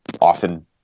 often